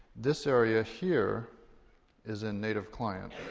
this area here is in native client.